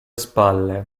spalle